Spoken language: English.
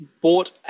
bought